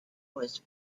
was